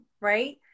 right